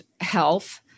health